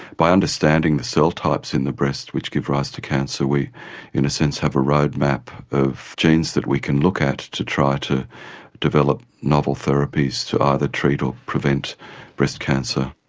by understanding the cell types in the breast which give rise to cancer we in a sense have a roadmap of genes that we can look at to try to develop novel therapies to either treat or prevent breast cancer.